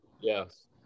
Yes